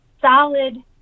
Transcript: solid